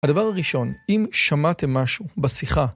הדבר הראשון, אם שמעת משהו בשיחה